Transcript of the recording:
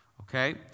Okay